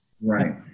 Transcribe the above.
Right